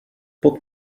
pod